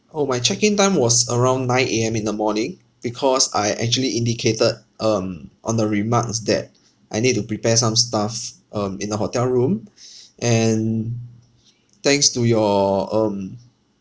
orh my check in time was around nine A_M in the morning because I actually indicated um on the remarks that I need to prepare some stuff um in the hotel room and thanks to your um